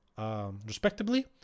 respectively